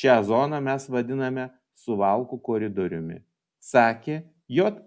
šią zoną mes vadiname suvalkų koridoriumi sakė jav